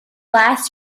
last